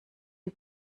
die